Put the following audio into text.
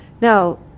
Now